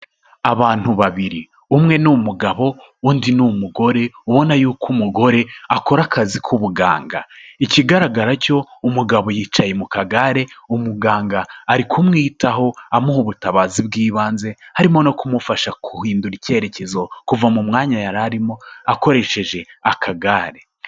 Abantu babiri, umwe ni umugabo undi ni umugore, ubona y'uko umugore akora akazi k'ubuganga, ikigaragara cyo umugabo yicaye mu kagare, umuganga ari kumwitaho amuha ubutabazi bw'ibanze, harimo no kumufasha guhindura icyerekezo, kuva mu mwanya yari arimo akoresheje akagare.